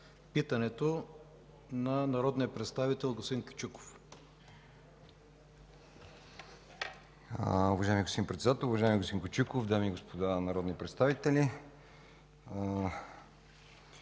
питането на народния представител господин Кючуков.